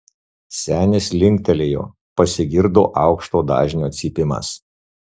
senis linktelėjo pasigirdo aukšto dažnio cypimas